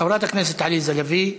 חברת הכנסת עליזה לביא,